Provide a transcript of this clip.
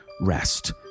rest